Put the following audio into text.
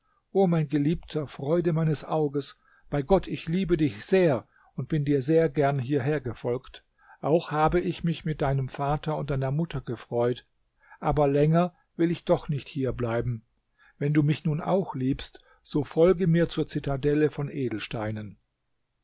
o mein geliebter freude meines auges bei gott ich liebe dich sehr und bin dir sehr gern hierher gefolgt auch habe ich mich mit deinem vater und deiner mutter gefreut aber länger will ich doch nicht hier bleiben wenn du mich nun auch liebst so folge mir zur zitadelle von edelsteinen